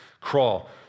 Crawl